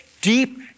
deep